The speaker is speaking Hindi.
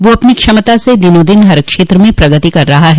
वह अपनी क्षमता से दिनों दिन हर क्षेत्र में प्रगति कर रहा है